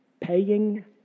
Paying